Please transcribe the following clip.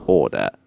order